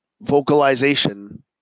vocalization